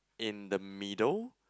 in the middle